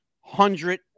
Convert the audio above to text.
hundred